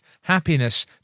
happiness